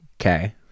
okay